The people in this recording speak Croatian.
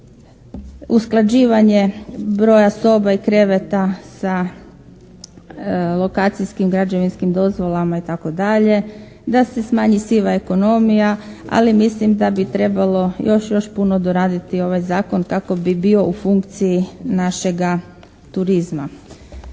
usklađivanje broja soba i kreveta sa lokacijskim i građevinskim dozvolama itd., da se smanji siva ekonomija ali mislim da bi trebalo još još puno doraditi ovaj zakon kako bi bio u funkciji našega turizma.